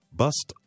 bust